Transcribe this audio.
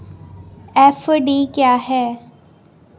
FD क्या है?